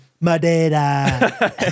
Madeira